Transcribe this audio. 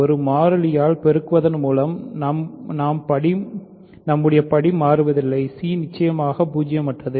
ஒரு மாறிலியால் பெருக்குவதன் மூலம் நாம் படி மாற்றுவதில்லை c நிச்சயமாக பூஜ்ஜியமற்றது